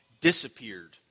disappeared